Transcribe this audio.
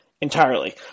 entirely